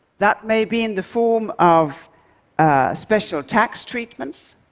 that may be in the form of special tax treatments,